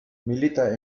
milita